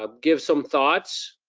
ah give some thoughts.